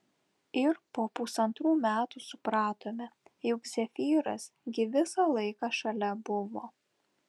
ir po pusantrų metų supratome juk zefyras gi visą laiką šalia buvo